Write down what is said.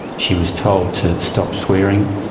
she was told to stop swearing.